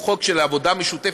הוא חוק של עבודה משותפת,